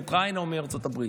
מאוקראינה או מארצות הברית,